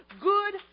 good